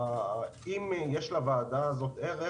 אם יש לוועדה הזאת ערך,